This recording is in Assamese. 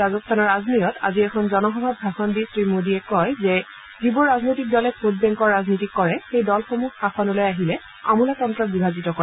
ৰাজস্থানৰ আজমেৰত আজি এখন জনসভাত ভাষণ দি শ্ৰীমোডীয়ে কয় যে যিবোৰ ৰাজনৈতিক দলে ভোটবেংকৰ ৰাজনীতি কৰে সেই দলসমূহ শাসনলৈ আহিলে আমোলাতন্ত্ৰ বিভাজিত কৰে